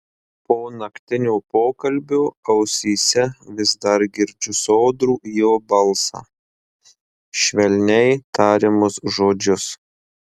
po naktinio pokalbio ausyse vis dar girdžiu sodrų jo balsą švelniai tariamus žodžius